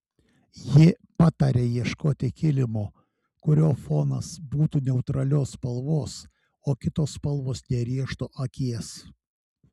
ji pataria ieškoti kilimo kurio fonas būtų neutralios spalvos o kitos spalvos nerėžtų akies